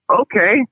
okay